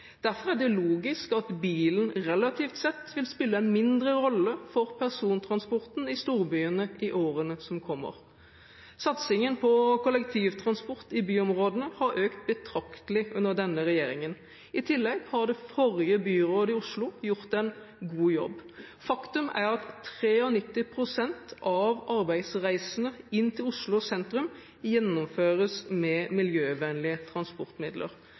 Derfor er det logisk at bilen relativt sett vil spille en mindre rolle for persontransporten i storbyene i årene som kommer. Satsingen på kollektivtransport i byområdene har økt betraktelig under denne regjeringen. I tillegg har det forrige byrådet i Oslo gjort en god jobb. Faktum er at 93 pst. av arbeidsreisene inn til Oslo sentrum gjennomføres med miljøvennlige transportmidler.